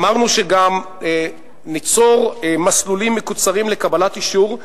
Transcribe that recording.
אמרנו שגם ניצור מסלולים מקוצרים לקבלת אישור,